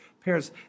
parents